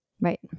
Right